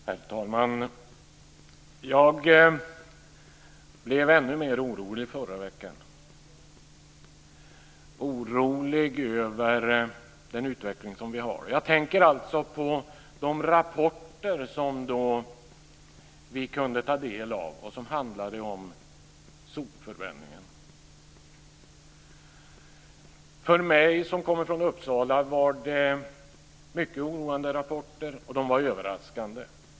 Herr talman! Förra veckan blev jag ännu mer orolig över den utveckling som vi har. Jag tänker alltså på de rapporter som vi kunde ta del av som handlade om sopförbränningen. För mig som kommer från Uppsala var det mycket oroande och överraskande rapporter.